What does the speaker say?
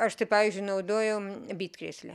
aš tai pavyzdžiui naudoju bitkrėslę